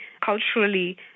culturally